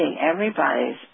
everybody's